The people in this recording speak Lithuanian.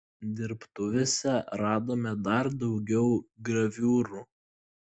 dirbtuvėse radome dar daugiau graviūrų